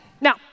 Now